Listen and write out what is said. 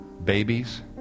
babies